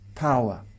power